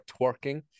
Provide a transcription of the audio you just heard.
twerking